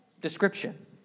description